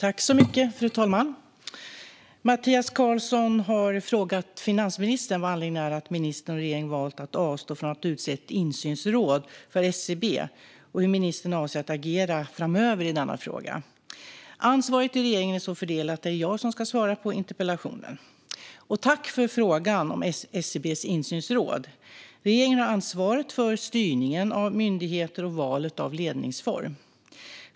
Fru talman! Mattias Karlsson har frågat finansministern vad anledningen är till att ministern och regeringen valt att avstå från att utse ett insynsråd för SCB och hur ministern avser att agera framöver i denna fråga. Ansvaret i regeringen är så fördelat att det är jag som ska svara på interpellationen. Tack för frågan om SCB:s insynsråd! Regeringen har ansvaret för styrningen av myndigheter och valet av ledningsform.